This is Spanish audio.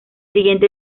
siguiente